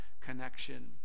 connection